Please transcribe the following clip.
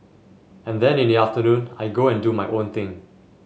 and then in the afternoon I go and do my own thing